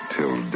Till